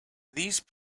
these